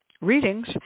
readings